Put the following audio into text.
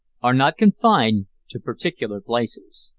are not confined to particular places.